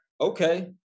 okay